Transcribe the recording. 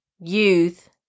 youth